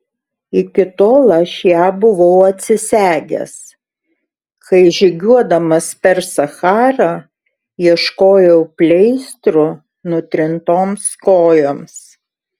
iki tol aš ją buvau atsisegęs kai žygiuodamas per sacharą ieškojau pleistrų nutrintoms kojoms